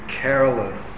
careless